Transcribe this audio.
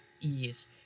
ease